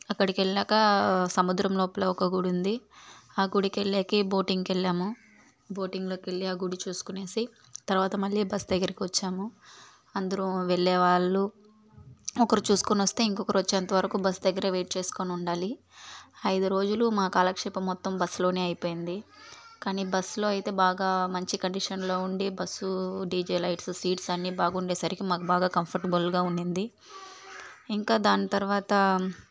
అక్కడికెళ్ళాక సముద్రం లోపల ఒక గుడి ఉంది ఆ గుడికెళ్ళేకి బోటింగ్కెళ్ళాము బోటింగ్లోకెళ్ళి ఆ గుడి చూసుకునేసి తర్వాత మళ్లీ బస్ దగ్గరికొచ్చాము అందురు వెళ్లే వాళ్లు ఒకరు చూసుకుని వస్తే ఇంకొకరు వచ్చేంతవరకు బస్ దగ్గరే వెయిట్ చేసుకొని ఉండాలి ఐదు రోజులు మా కాలక్షేపం మొత్తం బస్లోనే అయిపోయింది కానీ బస్లోనే అయితే బాగా మంచి కండిషన్లో ఉండి బస్సు డిజె లైట్స్ సీట్స్ అన్ని బాగుండేసరికి మాకు బాగా కంఫర్టబుల్గా ఉన్నింది ఇంకా దాని తర్వాత